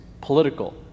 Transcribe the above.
political